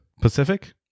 Pacific